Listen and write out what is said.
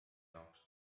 jaoks